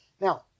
Now